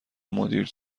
مدیر